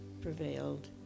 prevailed